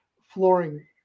flooring